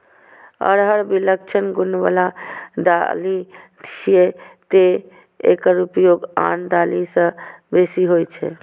अरहर विलक्षण गुण बला दालि छियै, तें एकर उपयोग आन दालि सं बेसी होइ छै